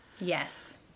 Yes